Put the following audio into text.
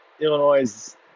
Illinois